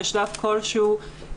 בשלב כלשהו,